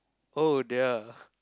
oh dear